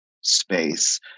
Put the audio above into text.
space